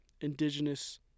indigenous